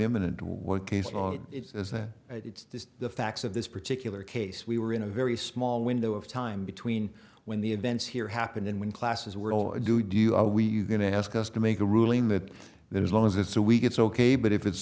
imminent what case law it's as that it's just the facts of this particular case we were in a very small window of time between when the events here happened and when classes were all do do you are we going to ask us to make a ruling that there is long as it's a week it's ok but if it's